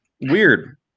weird